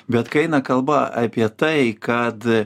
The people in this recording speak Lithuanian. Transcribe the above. bet kai eina kalba apie tai kad